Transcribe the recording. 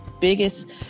biggest